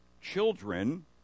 Children